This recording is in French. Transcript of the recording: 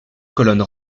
colonne